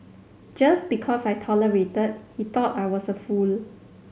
just because I tolerated he thought I was a fool